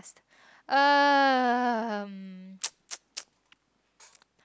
um